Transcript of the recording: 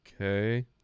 Okay